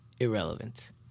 irrelevant